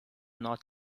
not